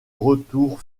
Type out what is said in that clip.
retour